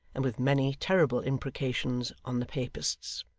and with many terrible imprecations on the papists.